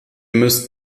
müsst